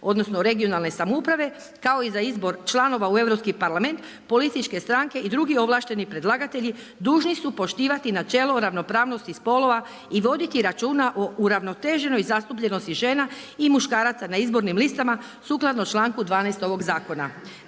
područne, regionalne, samouprave, kao i za izbor članova u Europski parlament, političke stranke i drugi ovlašteni predlagatelji, dužni su poštivati načelo o ravnopravnosti spolova i voditi računa o uravnoteženoj zastupljenosti žena i muškaraca na izbornim listama sukladno članku 12. ovog zakona.